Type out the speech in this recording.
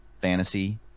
fantasy